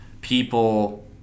people